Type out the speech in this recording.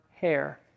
hair